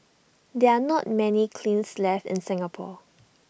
there are not many kilns left in Singapore